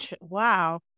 Wow